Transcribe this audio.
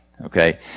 okay